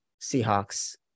Seahawks